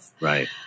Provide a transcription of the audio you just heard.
Right